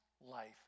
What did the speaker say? life